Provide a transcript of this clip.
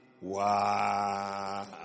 Wow